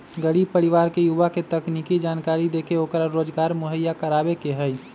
गरीब परिवार के युवा के तकनीकी जानकरी देके ओकरा रोजगार मुहैया करवावे के हई